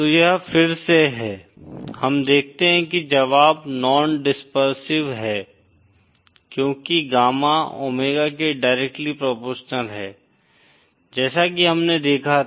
तो यह फिर से है हम देखते हैं कि जवाब नॉन डिसपेरसिव है क्योंकि गामा ओमेगा के डायरेक्टली प्रोपोरशनल है जैसा कि हमने देखा था